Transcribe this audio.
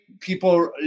people